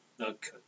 Okay